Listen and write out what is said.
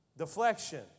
Deflection